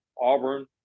Auburn